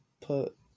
put